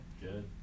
Good